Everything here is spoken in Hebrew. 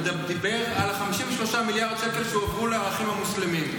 וגם דיבר על 53 מיליארד שקל שהועברו לאחים המוסלמים.